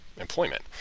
employment